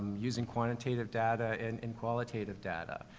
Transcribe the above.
using quantitative data an and qualitative data.